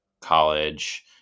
college